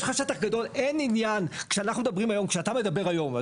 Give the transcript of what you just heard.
כשאתה מדבר היום,